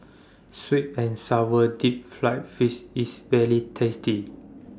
Sweet and Sour Deep Fried Fish IS very tasty